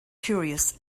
curious